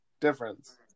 difference